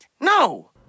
No